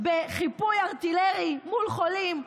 בחיפוי ארטילרי מול חולים,